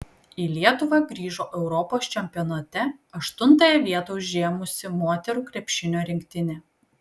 į lietuvą grįžo europos čempionate aštuntąją vietą užėmusi moterų krepšinio rinktinė